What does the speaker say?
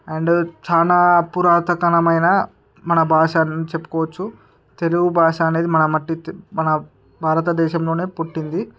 and చాలా పురాతకనమైన మన భాషను చెప్పుకోచ్చు తెలుగు భాష అనేది మన మట్టితే మన భారతదేశంలోనే పుట్టింది